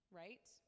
right